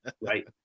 Right